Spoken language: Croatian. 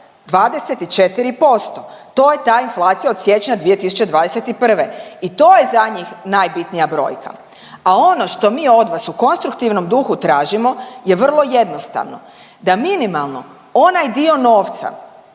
24% to je ta inflacija od siječnja 2021. i to je za njih najbitnija brojka. A ono što mi od vas u konstruktivnom duhu tražimo je vrlo jednostavno. Da minimalno onaj dio novca